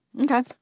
Okay